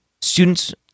Students